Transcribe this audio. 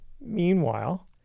Meanwhile